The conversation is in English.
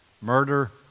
murder